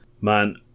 man